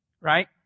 Right